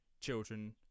children